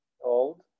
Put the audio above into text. old